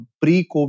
pre-COVID